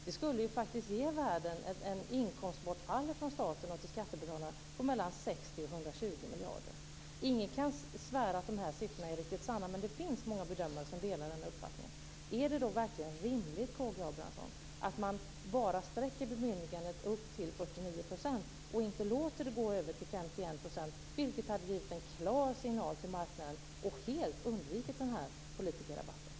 Det skulle ge ett inkomstbortfall från staten till skattebetalarna på mellan 60 och 120 miljarder. Ingen kan svära på att de siffrorna är sanna, men många bedömare delar denna uppfattning. Är det då verkligen rimligt, K G Abramsson, att man bara sträcker bemyndigandet upp till 49 % och inte låter det gå över till 51 %, vilket hade givit en klar signal till marknaden och helt undvikit politikerrabatten?